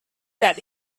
that